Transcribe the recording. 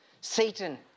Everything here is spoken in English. Satan